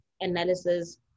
analysis